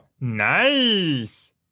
Nice